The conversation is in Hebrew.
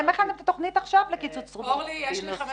אתם הכנתם את התכנית עכשיו לקיצוץ רוחבי יש לי חמש